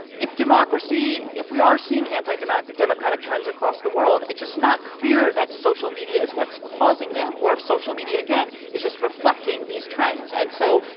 if democracy if we are seeing antidemocratic trends across the world it's just not clear that social media is what's causing them or if social media, again, is just reflecting these trends. and so,